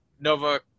Nova